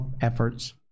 efforts